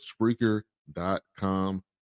Spreaker.com